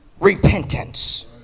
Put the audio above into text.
repentance